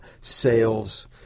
sales